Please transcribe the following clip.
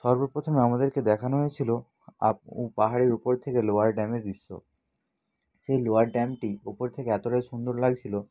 সর্ব প্রথমে আমাদেরকে দেখানো হয়েছিলো আপ পাহাড়ের উপর থেকে লোয়ার ড্যামের দৃশ্য সেই লোয়ার ড্যামটি উপর থেকে এতোটাই সুন্দর লাগছিলো